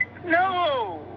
No